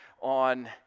on